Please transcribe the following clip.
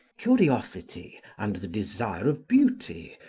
curiosity and the desire of beauty,